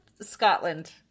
Scotland